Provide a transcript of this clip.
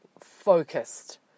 focused